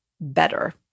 better